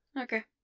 Okay